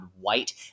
White